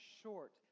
short